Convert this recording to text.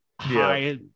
high